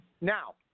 Now